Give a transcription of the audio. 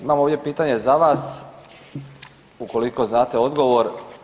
Imam ovdje pitanje za vas ukoliko znate odgovor.